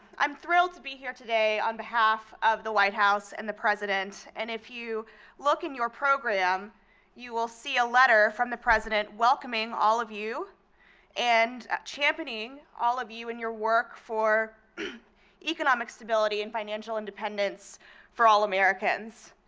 i'm thrilled to be here today on behalf of the white house and the president. and if you look in your program you will see a letter from the president welcoming all of you and championing all of you in your work for economic stability and financial independence for all americans.